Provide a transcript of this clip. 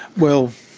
well,